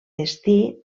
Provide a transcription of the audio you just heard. destí